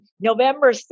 November